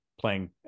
playing